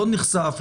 לא נחשף,